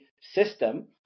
system